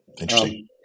Interesting